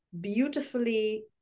beautifully